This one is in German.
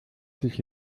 sich